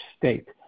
state